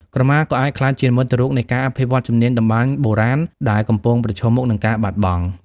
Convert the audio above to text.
ក្រមាក៏អាចក្លាយជានិមិត្តរូបនៃការអភិរក្សជំនាញតម្បាញបុរាណ ដែលកំពុងប្រឈមមុខនឹងការបាត់បង់។